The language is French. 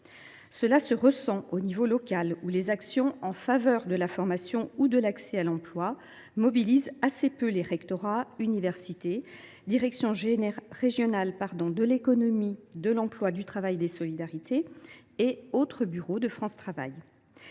Cela se ressent au niveau local, où les actions en faveur de la formation ou de l’accès à l’emploi mobilisent assez peu les rectorats, les universités, les directions régionales de l’économie, de l’emploi, du travail et des solidarités (Dreets) ou encore les bureaux de France Travail.